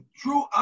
true